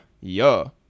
yuh